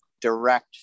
direct